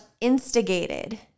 instigated